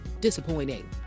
disappointing